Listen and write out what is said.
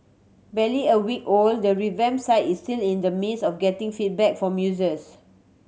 barely a week old the revamp site is still in the midst of getting feedback from users